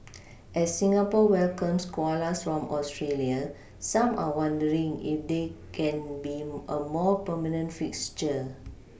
as Singapore welcomes koalas from Australia some are wondering if they can be a more permanent fixture